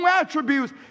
attributes